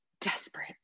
desperate